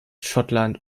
schottland